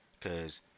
Cause